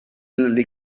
les